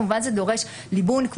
כמובן זה דורש ליבון,